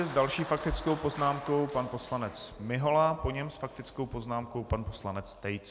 S další faktickou poznámkou pan poslanec Mihola, po něm s faktickou poznámkou pan poslanec Tejc.